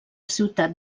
ciutat